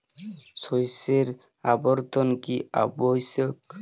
শস্যের আবর্তন কী আবশ্যক?